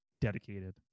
dedicated